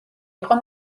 იყო